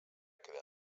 queden